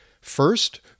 First